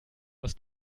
aus